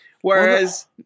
Whereas